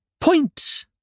point